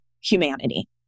humanity